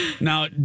Now